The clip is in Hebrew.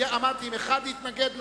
אמרתי שאם אחד יתנגד,